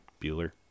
Bueller